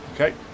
Okay